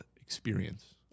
experience